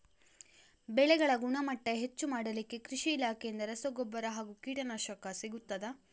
ಬೆಳೆಗಳ ಗುಣಮಟ್ಟ ಹೆಚ್ಚು ಮಾಡಲಿಕ್ಕೆ ಕೃಷಿ ಇಲಾಖೆಯಿಂದ ರಸಗೊಬ್ಬರ ಹಾಗೂ ಕೀಟನಾಶಕ ಸಿಗುತ್ತದಾ?